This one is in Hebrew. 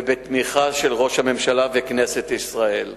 ובתמיכה של ראש הממשלה וכנסת ישראל.